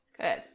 Good